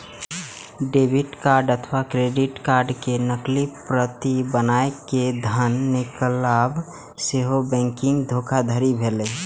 debit card अथवा credit card के नकली प्रति बनाय कें धन निकालब सेहो बैंकिंग धोखाधड़ी भेलै